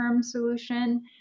solution